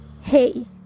Hey